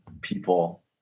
people